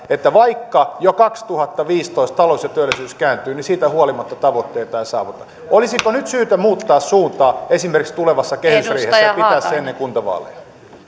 että vaikka jo kaksituhattaviisitoista talous ja työllisyys kääntyivät ja siitä huolimatta tavoitteita ei saavuteta on mielestäni merkki siitä että olisiko nyt syytä muuttaa suuntaa esimerkiksi tulevassa kehysriihessä ja pitää se ennen kuntavaaleja